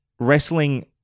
wrestling